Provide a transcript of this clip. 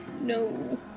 no